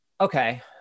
Okay